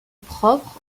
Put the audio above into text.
propre